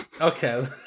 Okay